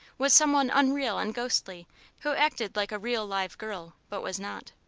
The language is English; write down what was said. was some one unreal and ghostly who acted like a real live girl, but was not.